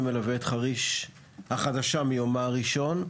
אני מלווה את חריש החדשה מיומה הראשון.